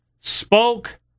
spoke